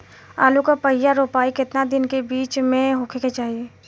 आलू क पहिला रोपाई केतना दिन के बिच में होखे के चाही?